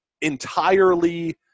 entirely